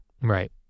Right